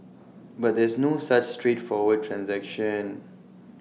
but there's no such straightforward transaction